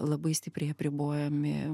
labai stipriai apribojami